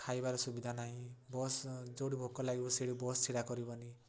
ଖାଇବାର ସୁବିଧା ନାହିଁ ବସ୍ ଯୋଉଠି ଭୋକ ଲାଗିବ ସେଇଠି ବସ୍ ଛିଡ଼ା କରିବ ନି